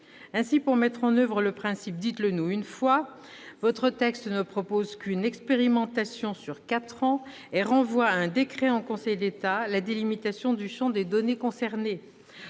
Ainsi, pour mettre en oeuvre le principe « dites-le-nous une fois », votre texte ne propose qu'une expérimentation sur quatre ans et renvoie à un décret en Conseil d'État la délimitation du champ des données concernées.